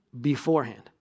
beforehand